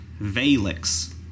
Valix